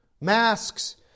Masks